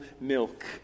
milk